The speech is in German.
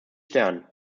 stern